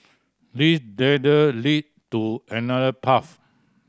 this ladder lead to another path